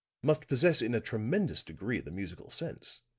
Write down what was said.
must possess in a tremendous degree the musical sense.